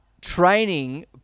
training